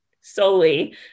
solely